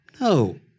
No